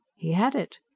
he had it!